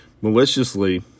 maliciously